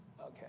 Okay